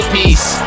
peace